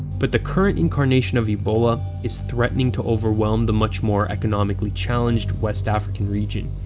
but the current incarnation of ebola is threatening to overwhelm the much more economically-challenged west african region.